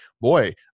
boy